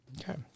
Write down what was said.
Okay